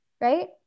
right